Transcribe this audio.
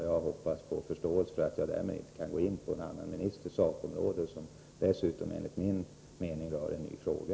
Jag hoppas få förståelse för att jag därmed inte kan gå in på en annan ministers sakområde, när det dessutom, enligt min mening, rör sig om en ny fråga.